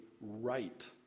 right